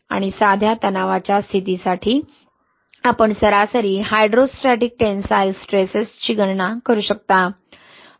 आणि साध्या तणावाच्या स्थितीसाठी आपण सरासरी हायड्रोस्टॅटिक टेन्साइल स्ट्रेसेस गणना करू शकता